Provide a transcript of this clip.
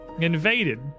invaded